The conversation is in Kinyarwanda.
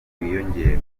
wiyongere